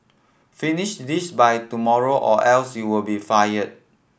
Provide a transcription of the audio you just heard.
finish this by tomorrow or else you will be fired